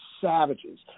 savages